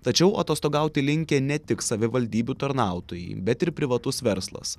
tačiau atostogauti linkę ne tik savivaldybių tarnautojai bet ir privatus verslas